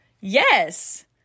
Yes